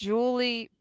Julie